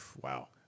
wow